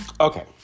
Okay